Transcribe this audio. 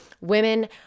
women